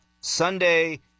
Sunday